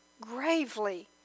gravely